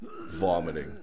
vomiting